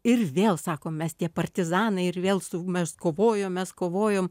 ir vėl sako mes tie partizanai ir vėl su mes kovojom mes kovojom